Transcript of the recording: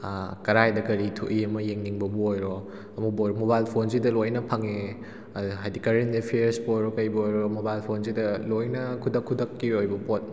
ꯀꯗꯥꯏꯗ ꯀꯔꯤ ꯊꯣꯛꯏ ꯑꯃ ꯌꯦꯡꯅꯤꯡꯕꯕꯨ ꯑꯣꯏꯔꯣ ꯑꯃꯕꯨ ꯑꯣꯏꯔꯣ ꯃꯣꯕꯥꯏꯜ ꯐꯣꯟꯁꯤꯗ ꯂꯣꯏꯅ ꯐꯪꯉꯦ ꯑꯗꯨꯗ ꯍꯥꯏꯗꯤ ꯀꯔꯦꯟ ꯑꯦꯐꯤꯌꯔꯁꯄꯨ ꯑꯣꯏꯔꯣ ꯀꯔꯤꯕꯨ ꯑꯣꯏꯔꯣ ꯃꯣꯕꯥꯏꯜ ꯐꯣꯟꯁꯤꯗ ꯂꯣꯏꯅ ꯈꯨꯗꯛ ꯈꯨꯗꯛꯀꯤ ꯑꯣꯏꯕ ꯄꯣꯠ